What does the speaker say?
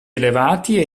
elevati